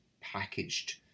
packaged